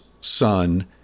son